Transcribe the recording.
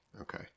Okay